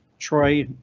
troy,